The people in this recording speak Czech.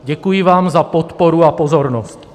Děkuji vám za podporu a pozornost.